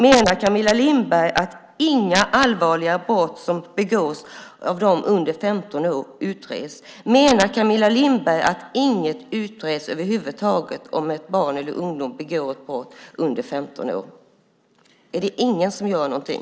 Menar Camilla Lindberg att inga allvarliga brott som begås av dem under 15 år ska utredas? Menar Camilla Lindberg att inget över huvud taget ska utredas om ett barn eller en ungdom under 15 år begår ett brott? Är det ingen som gör någonting?